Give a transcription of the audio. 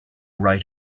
right